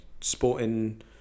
sporting